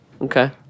Okay